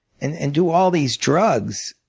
and and do all these drugs,